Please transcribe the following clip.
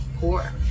poor